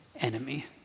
enemy